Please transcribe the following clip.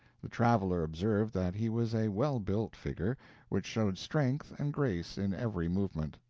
the traveler observed that he was a well-built figure which showed strength and grace in every movement.